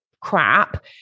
crap